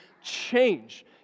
change